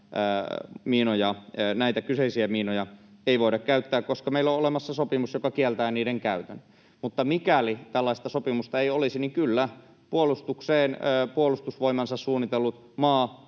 hetkellä näitä kyseisiä miinoja ei voida käyttää, koska meillä on olemassa sopimus, joka kieltää niiden käytön. Mutta mikäli tällaista sopimusta ei olisi, niin kyllä puolustukseen puolustusvoimansa suunnitellut maa,